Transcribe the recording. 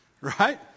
Right